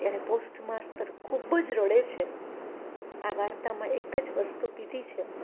ત્યારે postmaster ખૂબ જ રડે છે આ વાર્તામાં એક જ વસ્તુ કીધી છે